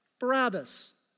Barabbas